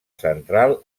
central